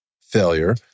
failure